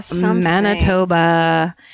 Manitoba